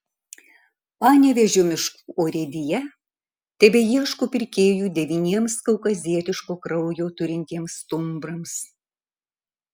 panevėžio miškų urėdija tebeieško pirkėjų devyniems kaukazietiško kraujo turintiems stumbrams